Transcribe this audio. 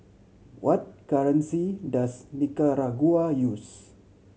what currency does Nicaragua use